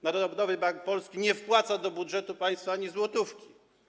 Narodowy Bank Polski nie wpłaca do budżetu państwa ani złotówki.